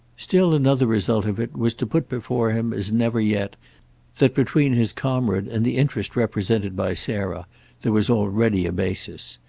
still another result of it was to put before him as never yet that between his comrade and the interest represented by sarah there was already a basis.